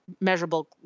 measurable